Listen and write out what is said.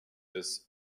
des